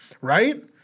Right